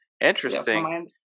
Interesting